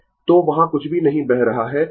तो वहाँ कुछ भी नहीं बह रहा है